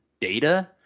data